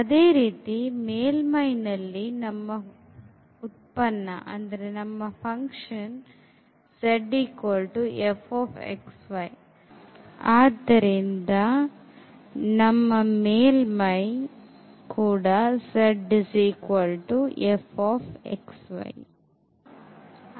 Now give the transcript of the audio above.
ಅದೇ ರೀತಿ ಮೇಲ್ಮೈ ನಲ್ಲಿ ನಮ್ಮ ಉತ್ಪನ್ನ z fx y ಮತ್ತುಆದ್ದರಿಂದ ನಮ್ಮ ಮೇಲ್ಮೈ z fx yಆಗುತ್ತದೆ